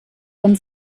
von